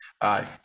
Aye